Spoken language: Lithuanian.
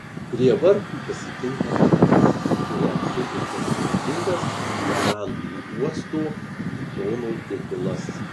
prie vartų pasitinka danas kuriam suteiktas garbingas levandų uosto kapitono titulas